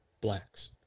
blacks